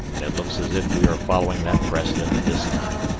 and it looks as if we are following that precedent this time.